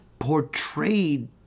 Portrayed